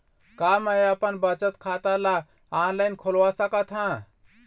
का मैं अपन बचत खाता ला ऑनलाइन खोलवा सकत ह?